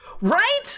Right